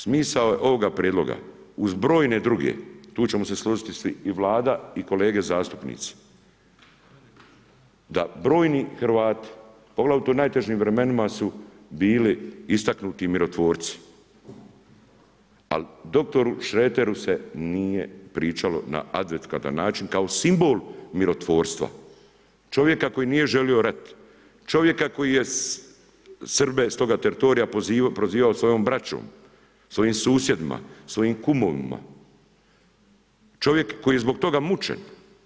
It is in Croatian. Smisao je ovoga prijedloga, uz brojne druge, tu ćemo se složiti svi i Vlada i kolege zastupnici, da brojni Hrvati, poglavito u najtežim vremenima su bili istaknuti mirotvorci, ali doktoru Šreteru se nije pričalo na adekvatan način kao simbol mirotvorstva, čovjeka koji nije želio rat, čovjeka koji je Srbe s toga teritorija prozivao svojom braćom, svojim susjedima, svojim kumovima, čovjek koji je zbog toga mučena.